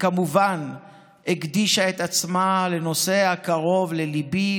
וכמובן הקדישה את עצמה לנושא הקרוב לליבי,